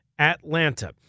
Atlanta